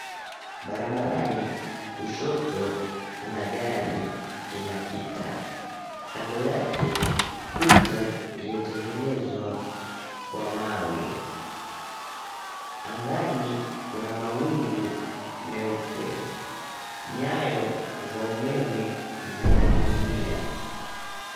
Barabarani kushoto kuna gari inapita. Kando yake ukuta iliyotengenezwa kwa mawe. Angani kuna mawingu meupe. Nyaya za umeme zinaning'inia.